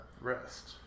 Rest